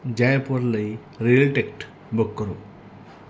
ਜੈਪੁਰ ਲਈ rail ticket book ਕਰੋ